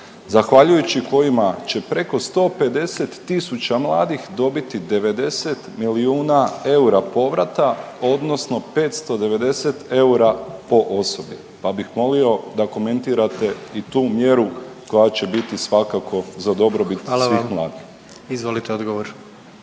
zahvaljujući kojima će preko 150000 mladih dobiti 90 milijuna eura povrata, odnosno 590 eura po osobi pa bih molio da komentirate i tu mjeru koja će biti svakako za dobrobit svih mladih. **Jandroković, Gordan